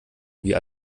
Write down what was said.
wie